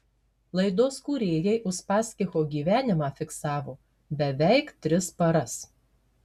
laidos kūrėjai uspaskicho gyvenimą fiksavo beveik tris paras